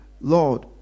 Lord